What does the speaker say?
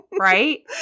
right